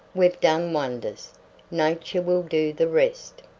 we've done wonders nature will do the rest.